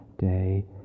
day